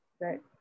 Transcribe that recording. Right